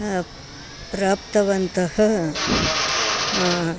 प्राप्तवन्तः